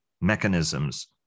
mechanisms